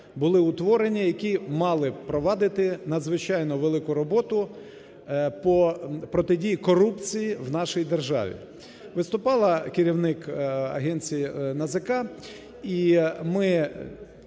були утворені, які мали б провадити надзвичайно велику роботу по протидії корупції в нашій державі. Виступала керівник агенції, НАЗК, і ми